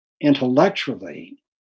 intellectually